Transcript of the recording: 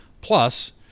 plus